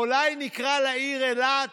אולי נקרא לעיר אילת